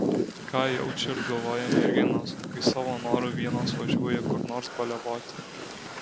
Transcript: ką jaučia ir galvoja merginos kai savo noru vienos važiuoja kur nors baliavoti